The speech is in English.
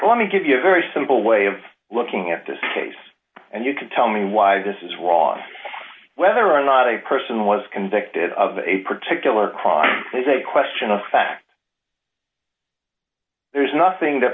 let me give you a very simple way of looking at this case and you can tell me why this is wrong whether or not a person was convicted of a particular crime is a question of fact there's nothing that